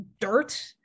dirt